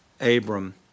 Abram